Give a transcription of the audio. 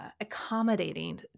Accommodating